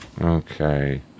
Okay